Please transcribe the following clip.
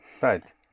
Right